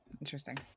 Interesting